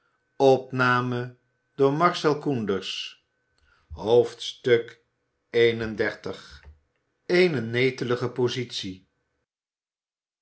xxxi jbbnb netelige positie